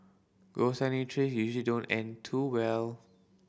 ghost hunting trips usually don't end too well